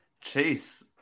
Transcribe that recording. Chase